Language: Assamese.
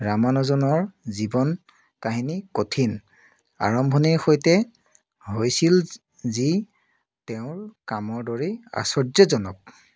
ৰামানুজনৰ জীৱন কাহিনী কঠিন আৰম্ভণিৰ সৈতে হৈছিল যি তেওঁৰ কামৰ দৰেই আশ্ৱৰ্যজনক